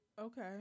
Okay